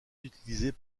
utilisés